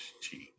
cheek